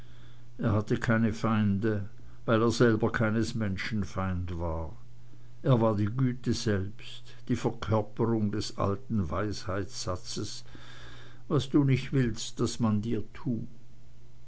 er hatte keine feinde weil er selber keines menschen feind war er war die güte selbst die verkörperung des alten weisheitssatzes was du nicht willst daß man dir tu